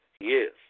Yes